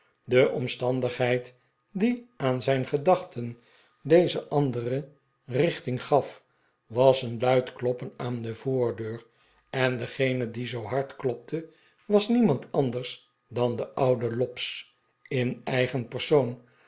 de omstandigheid die aan zijn gedachten deze andere richting gaf was een luid kloppen aan de voordeur en degene die schuilplaatsen in een paar kasten in de huiskamer werden geduwdj en toen